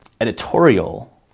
editorial